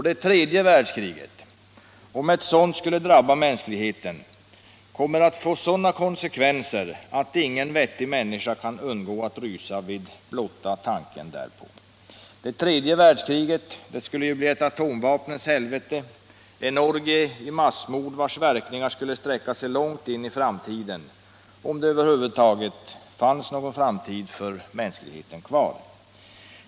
Det tredje världskriget, om ett sådant skulle drabba mänskligheten, kommer att få sådana konsekvenser att ingen vettig människa kan undgå att rysa vid blotta tanken därpå. Det tredje världskriget skulle bli ett atomvapenshelvete, en orgie i massmord, vars verkningar skulle sträcka sig långt in i framtiden — om det över huvud taget skulle finnas någon framtid för mänskligheten längre.